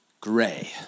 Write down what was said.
Gray